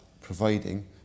providing